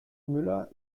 müller